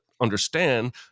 understand